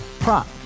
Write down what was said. Prop